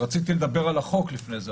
רציתי לדבר על החוק לפני זה,